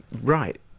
right